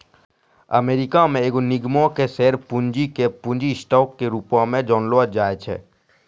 America मे एगो निगमो के शेयर पूंजी के पूंजी स्टॉक के रूपो मे जानलो जाय छै